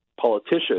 politicians